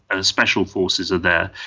ah special forces are there,